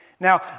Now